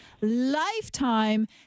lifetime